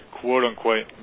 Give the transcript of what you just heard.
quote-unquote